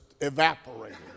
evaporated